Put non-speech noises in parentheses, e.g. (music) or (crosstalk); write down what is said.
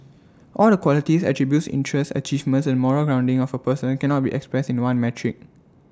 (noise) all the qualities attributes interests achievements and moral grounding of A person cannot be expressed in one metric